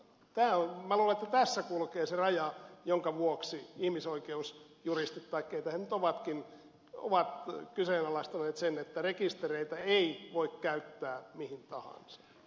minä luulen että tässä kulkee se raja jonka vuoksi ihmisoikeusjuristit tai keitä he nyt ovatkin ovat kyseenalaistaneet sen että rekistereitä voisi käyttää mihin tahansa